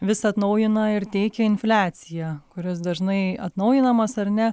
vis atnaujina ir teikia infliaciją kuris dažnai atnaujinamas ar ne